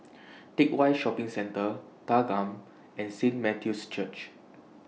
Teck Whye Shopping Centre Thanggam and Saint Matthew's Church